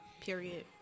period